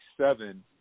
seven